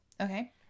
okay